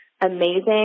amazing